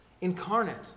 incarnate